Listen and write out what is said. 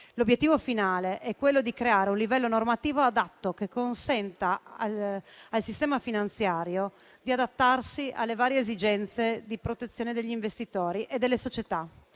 L'obiettivo finale è creare un livello normativo adatto che consenta al sistema finanziario di adattarsi alle varie esigenze di protezione degli investitori e delle società.